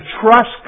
trust